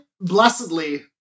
blessedly